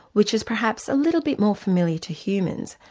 which is perhaps a little bit more familiar to humans,